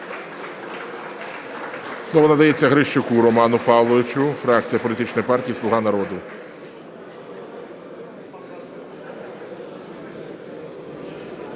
Слово надається Грищуку Роману Павловичу, фракція політичної партії "Слуга народу".